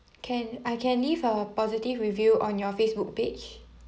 can I can leave a positive review on your Facebook page